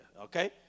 okay